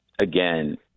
again